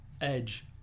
edge